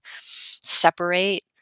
separate